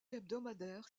hebdomadaire